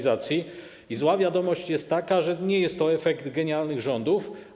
Zła wiadomość jest taka, że nie jest to efekt genialnych rządów.